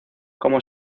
como